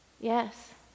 Yes